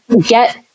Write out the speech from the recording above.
get